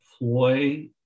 employ